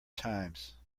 times